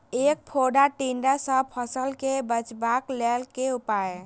ऐंख फोड़ा टिड्डा सँ फसल केँ बचेबाक लेल केँ उपाय?